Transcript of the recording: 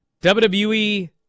WWE